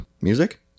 music